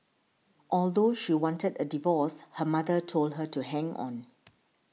although she wanted a divorce her mother told her to hang on